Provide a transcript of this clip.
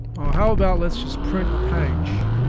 how about let's just print a page